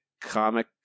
comic